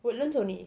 woodlands only